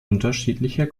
unterschiedlicher